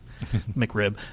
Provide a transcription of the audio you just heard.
mcrib